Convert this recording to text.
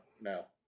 no